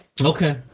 Okay